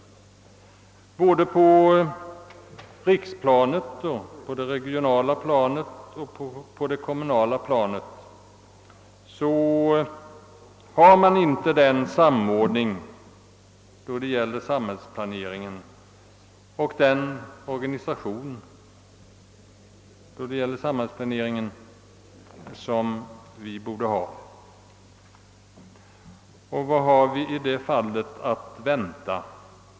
Såväl på riksplanet som på det regionala och kommunala planet saknas den samordning och organisation i samhällsplaneringen som vi borde ha. Vad har vi i det fallet att vänta?